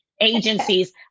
agencies